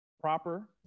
proper